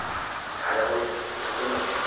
ꯁꯥꯟꯅꯔꯣꯏ ꯄꯨꯊꯣꯛꯄ ꯉꯝꯃꯤ